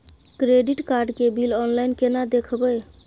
Credit card के bill online केना देखबय?